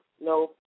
No